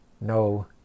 no